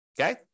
okay